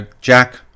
jack